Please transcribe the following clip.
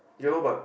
you know but